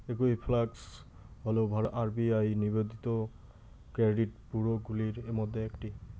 Equifax হল ভারতের RBI নিবন্ধিত ক্রেডিট ব্যুরোগুলির মধ্যে একটি